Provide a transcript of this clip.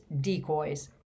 decoys